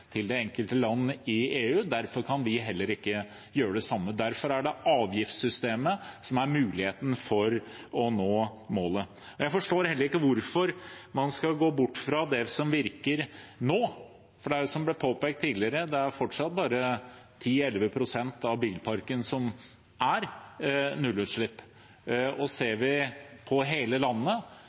til det enkelte land i EU. Derfor kan vi heller ikke gjør det. Derfor er det avgiftssystemet som er muligheten for å nå målet. Jeg forstår heller ikke hvorfor man skal gå bort fra det som virker nå, for som det er påpekt tidligere, er det fortsatt bare 10–11 pst. av bilparken som er nullutslippskjøretøy. Ser vi på hele landet,